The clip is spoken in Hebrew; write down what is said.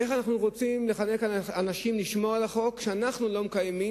איך אנחנו רוצים לחנך אנשים לשמור על החוק כשאנחנו לא מקיימים,